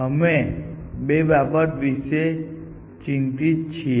અમે બે બાબતો વિશે ચિંતિત છીએ